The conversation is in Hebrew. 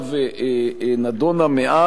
נדונה מאז,